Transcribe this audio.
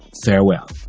farewell